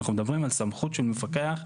אנחנו מדברים על סמכות של מפקח,